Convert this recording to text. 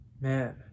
man